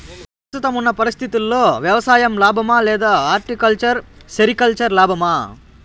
ప్రస్తుతం ఉన్న పరిస్థితుల్లో వ్యవసాయం లాభమా? లేదా హార్టికల్చర్, సెరికల్చర్ లాభమా?